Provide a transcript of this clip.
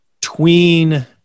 tween